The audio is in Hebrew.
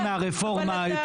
יותר מהרפורמה.